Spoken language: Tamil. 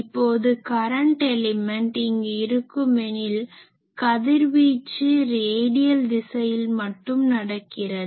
இப்போது கரன்ட் எலிமென்ட் இங்கு இருக்குமெனில் கதிர்வீச்சு ரேடியல் திசையில் மட்டும் நடக்கிறது